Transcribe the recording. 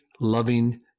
loving